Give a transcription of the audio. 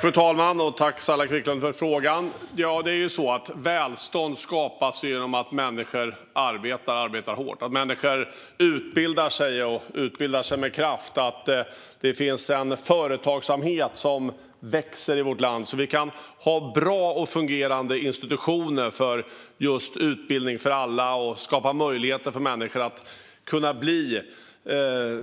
Fru talman! Tack, Saila Quicklund, för frågan! Välstånd skapas genom att människor arbetar hårt, genom att människor utbildar sig med kraft och genom att det finns en företagsamhet som växer i vårt land, så att vi kan ha bra och fungerande institutioner för utbildning för alla och skapa möjligheter för människor att bli